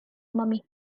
mummy